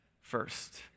first